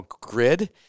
grid